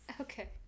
Okay